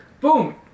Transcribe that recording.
boom